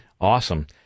Awesome